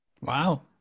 Wow